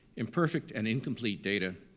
imperfect and incomplete data,